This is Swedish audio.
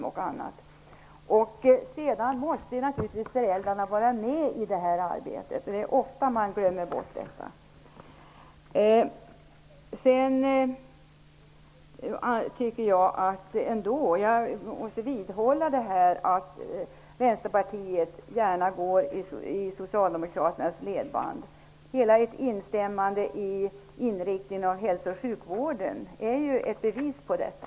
Föräldrarna måste naturligtvis vara med i arbetet. Ofta glömmer man bort detta. Jag måste vidhålla att Vänsterpartiet gärna går i Socialdemokraternas ledband. Att ni instämmer i deras yttrande om inriktningen av hälso och sjukvården är ett bevis på detta.